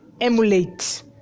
emulate